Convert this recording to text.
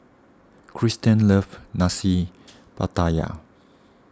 Kirsten loves Nasi Pattaya